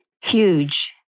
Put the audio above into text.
Huge